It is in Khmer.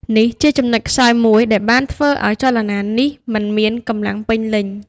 នេះជាចំណុចខ្សោយមួយដែលបានធ្វើឱ្យចលនានេះមិនមានកម្លាំងពេញលេញ។